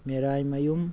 ꯃꯦꯔꯥꯏꯃꯌꯨꯝ